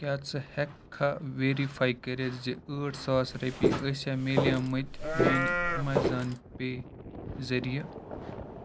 کیٛاہ ژٕ ہٮ۪کٕکھا ویرِفاے کٔرِتھ زِ ٲٹھ ساس رۄپیہِ ٲسیٛا میلے مٕتۍ میٛانہِ اَیمازان پے ذٔریعہِ